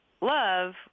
love